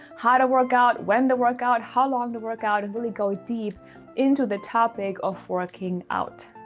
how to work out when the workout, how long the workout, and really go deep into the topic of working out,